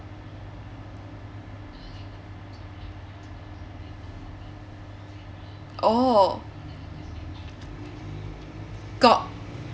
oh got